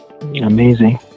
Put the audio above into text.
Amazing